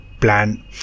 plan